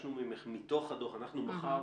וביקשנו ממך, מתוך הדוח, אנחנו מחר